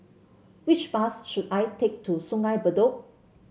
which bus should I take to Sungei Bedok